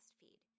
feed